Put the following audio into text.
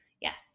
yes